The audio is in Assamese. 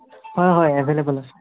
হয় হয় এভেলেবোল আছে